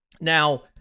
Now